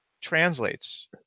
translates